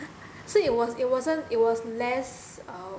so it was it wasn't it was less err